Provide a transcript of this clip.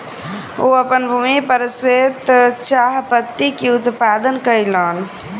ओ अपन भूमि पर श्वेत चाह पत्ती के उत्पादन कयलैन